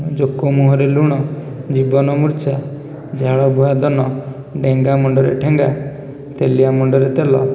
ଜୋକ ମୁହଁରେ ଲୁଣ ଜୀବନ ମୁର୍ଚ୍ଛା ଝାଳ ବୁହା ଧନ ଡେଙ୍ଗା ମୁଣ୍ଡରେ ଠେଙ୍ଗା ତେଲିଆ ମୁଣ୍ଡରେ ତେଲ